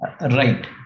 Right